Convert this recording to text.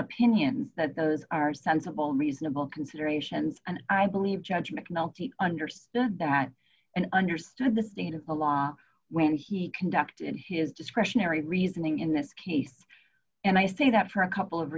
opinion that those are sensible means noble considerations and i believe judge mcnulty understood that and understood the state of the law when he conducted his discretionary reasoning in this case and i say that for a couple of